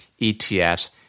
ETFs